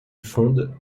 fonde